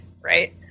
right